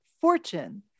Fortune